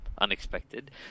unexpected